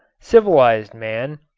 civilized man,